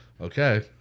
okay